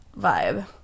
vibe